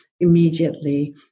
immediately